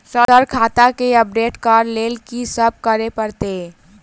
Sir खाता केँ update करऽ लेल की सब करै परतै?